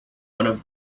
one